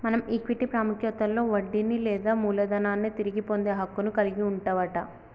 మనం ఈక్విటీ పాముఖ్యతలో వడ్డీని లేదా మూలదనాన్ని తిరిగి పొందే హక్కును కలిగి వుంటవట